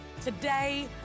today